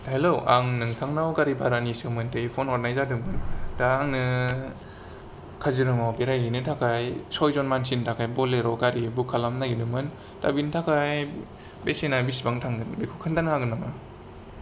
हेल' आं नोंथांनाव गारि भारानि सोमोनदोयै फन हरनाय जादोंमोन दा आंङो काजिरंगायाव बेराय हैनो थाखाय सय जन मान्थिनि थाखाय बलेर' बुक खालामनो नागिरदोंमोन दा बिनि थाखाय बेसेना बिसिबां थांगोन बेखौ खिन्थानो हागोन नामा